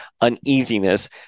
uneasiness